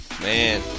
Man